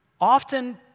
Often